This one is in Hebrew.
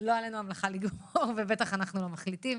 לא עלינו המלאכה לגמור ובטח לא אנחנו המחליטים.